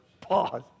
Pause